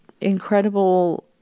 incredible